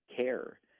care